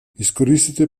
izkoristite